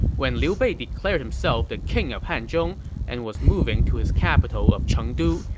when liu bei declared himself the king of hanzhong and was moving to his capital of chengdu,